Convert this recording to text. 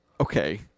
okay